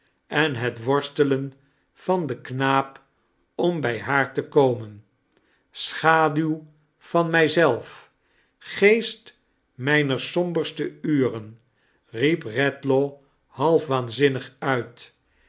en het worstelen van den knaap om bij haar te komen schaduw van mij zelf geest mijner somberste uren riep redlaw half waanzinnig uit